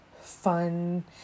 fun